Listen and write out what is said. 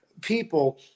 people